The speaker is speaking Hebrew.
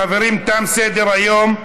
חברים, תם סדר-היום.